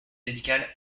médicale